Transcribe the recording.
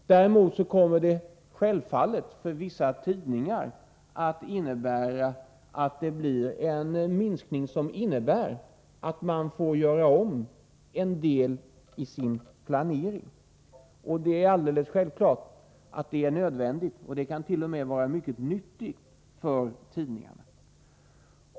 Däremot är det självfallet för vissa tidningar en minskning som innebär att man får göra om en del av sin planering. Det är alldeles självklart att det är nödvändigt — det kan t.o.m. vara mycket nyttigt för tidningarna.